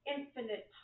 Infinite